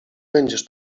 będziesz